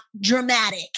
dramatic